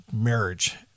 marriage